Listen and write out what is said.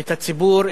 את הציבור,